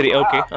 okay